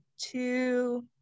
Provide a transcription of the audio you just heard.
two